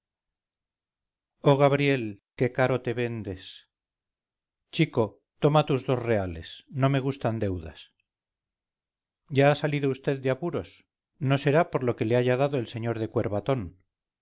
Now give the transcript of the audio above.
oh gabriel qué caro te vendes chico toma tus dos reales no me gustan deudas ya ha salido vd de apuros no será por lo que le haya dado el sr de